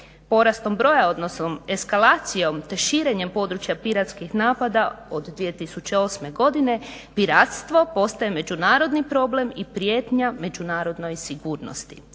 Porastom broja, odnosno eskalacijom te širenjem područja piratskih napada od 2008. godine piratstvo postaje međunarodni problem i prijetnja međunarodnoj sigurnosti.